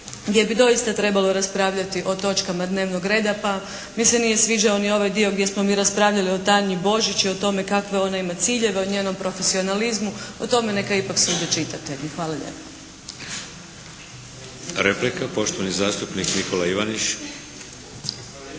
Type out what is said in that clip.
gdje bi doista trebalo raspravljati o točkama dnevnog reda. Pa, mi se nije sviđao ni ovaj dio gdje smo mi raspravljali o Tanji Božić i o tome kakve ona ima ciljeve, o njenom profesionalizmu. O tome neka ipak sude čitatelji. Hvala lijepo.